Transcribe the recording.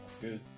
good